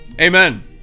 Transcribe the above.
Amen